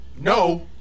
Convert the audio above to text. No